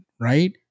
Right